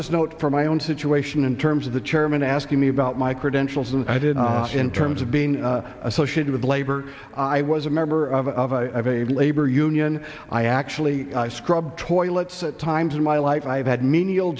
just note for my own situation in terms of the chairman asking me about my credentials and i did in terms of being associated with labor i was a member of a labor union i actually scrub toilets at times in my life i have had menial